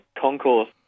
concourse